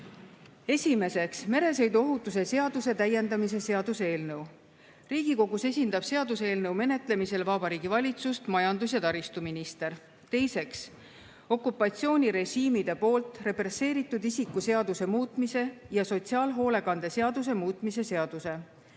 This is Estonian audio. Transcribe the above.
Esimeseks, meresõiduohutuse seaduse täiendamise seaduse eelnõu. Riigikogus esindab seaduseelnõu menetlemisel Vabariigi Valitsust majandus- ja taristuminister. Teiseks, okupatsioonirežiimide poolt represseeritud isiku seaduse muutmise ja sotsiaalhoolekande seaduse muutmise seaduse